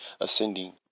ascending